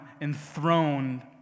enthroned